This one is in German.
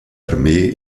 armee